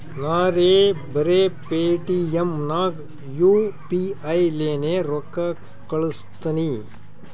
ನಾರೇ ಬರೆ ಪೇಟಿಎಂ ನಾಗ್ ಯು ಪಿ ಐ ಲೇನೆ ರೊಕ್ಕಾ ಕಳುಸ್ತನಿ